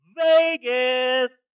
Vegas